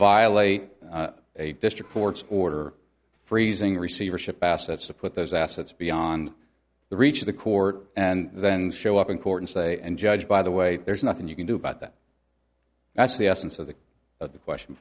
violate a district court's order freezing receivership assets or put those assets beyond the reach of the court and then show up in court and say and judge by the way there's nothing you can do about that that's the essence of the of the question